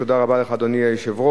תודה רבה לך, אדוני היושב-ראש.